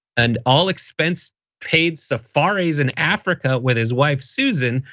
and all-expense paid safaris in africa with his wife, susan,